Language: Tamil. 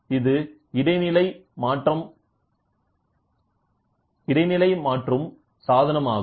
இது இடைநிலை மாற்றும் சாதனம் ஆகும்